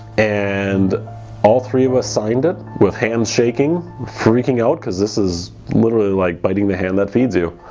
and all three of us signed it, with hands shaking, freaking out because this is literally like biting the hand that feeds you.